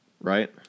right